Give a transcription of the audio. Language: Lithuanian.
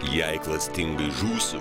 jei klastingai žūsiu